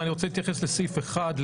אני רוצה להתייחס לסעיף אחד,